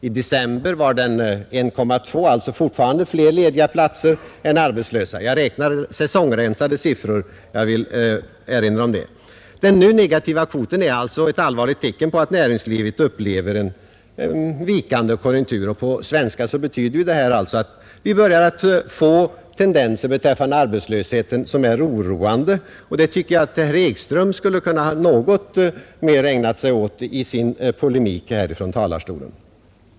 I december var den 1,2; det fanns då alltså fler lediga platser än arbetslösa — jag upprepar att jag räknar med säsongrensade siffror. Den nu negativa kvoten är således ett allvarligt tecken på att näringslivet upplever en vikande konjunktur. På svenska betyder det att vi börjar få tendenser beträffande arbetslösheten som är oroande. Det tycker jag att herr Ekström skulle ha kunnat ägna sig något mer åt i sin polemik från kammarens talarstol.